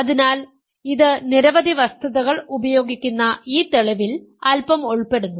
അതിനാൽ ഇത് നിരവധി വസ്തുതകൾ ഉപയോഗിക്കുന്ന ഈ തെളിവിൽ അൽപ്പം ഉൾപ്പെടുന്നു